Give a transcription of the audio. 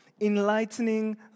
enlightening